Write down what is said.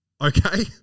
Okay